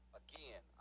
again